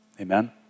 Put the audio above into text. Amen